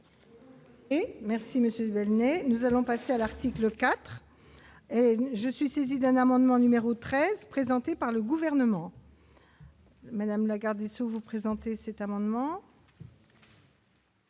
monsieur Vernet, nous allons passer à l'article IV je suis saisi d'un amendement numéro 13 présenté par le gouvernement. Madame Lagarde est souvent présenté cet amendement.